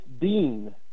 dean